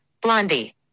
Blondie